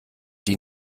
die